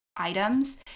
Items